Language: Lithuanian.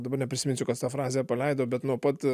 dabar neprisiminsiu kas tą frazę paleido bet nuo pat